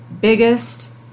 biggest